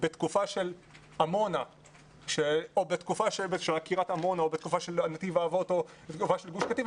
בתקופה של עקירת עמונה או בתקופה של נתיב האבות או בתקופה של גוש קטיף,